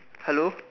hello